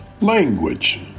Language